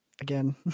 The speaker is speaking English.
Again